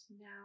now